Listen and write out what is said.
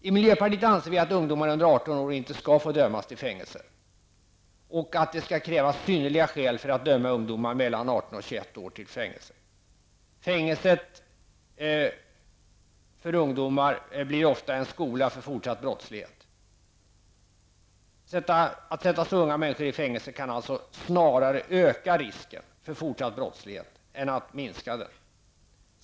I miljöpartiet anser vi att ungdomar under 18 år inte skall få dömas till fängelse och att det skall krävas synnerliga skäl för att döma ungdomar mellan 18 och 21 år till fängelse. För ungdomar blir fängelset ofta en skola för fortsatt brottslighet. Att sätta så unga människor i fängelse kan alltså snarare öka risken för fortsatt brottslighet än minska den.